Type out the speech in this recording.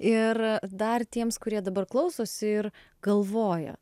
ir dar tiems kurie dabar klausosi ir galvoja